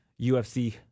UFC